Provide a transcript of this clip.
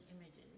images